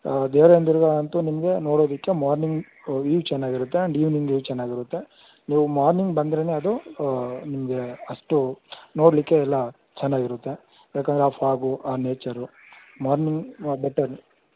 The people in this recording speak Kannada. ದೇವ್ರಾಯನ ದುರ್ಗ ಅಂತೂ ನಿಮಗೆ ನೋಡೋದಕ್ಕೆ ಮಾರ್ನಿಂಗ್ ವೀವ್ ಚೆನ್ನಾಗಿರುತ್ತೆ ಆ್ಯಂಡ್ ಈವ್ನಿಂಗ್ ವೀವ್ ಚೆನ್ನಾಗಿರುತ್ತೆ ನೀವು ಮಾರ್ನಿಂಗ್ ಬಂದ್ರೇ ಅದು ನಿಮಗೆ ಅಷ್ಟೂ ನೋಡಲಿಕ್ಕೆ ಎಲ್ಲ ಚೆನ್ನಾಗಿರುತ್ತೆ ಯಾಕಂದರೆ ಆ ಫಾಗು ಆ ನೇಚರು ಮಾರ್ನಿಂಗ್ ವ ಬೆಟರ್